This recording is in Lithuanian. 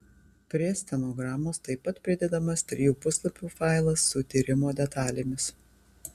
prie stenogramos taip pat pridedamas trijų puslapių failas su tyrimo detalėmis